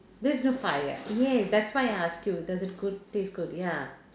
there's no fire yes that's why I ask you does it goo~ does it taste good ya